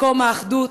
מקום האחדות.